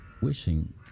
wishing